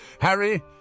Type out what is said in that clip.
Harry